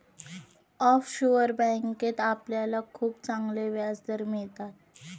offshore बँकेत आपल्याला खूप चांगले व्याजदर मिळतात